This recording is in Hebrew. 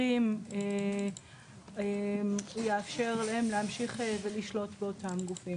מקרים הוא יאפשר להם להמשיך ושלוט באותם גופים.